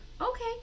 Okay